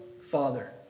Father